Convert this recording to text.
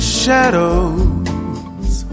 shadows